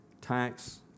tax